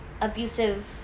abusive